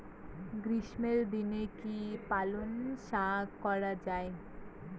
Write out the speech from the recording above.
গ্রীষ্মের দিনে কি পালন শাখ করা য়ায়?